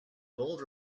bold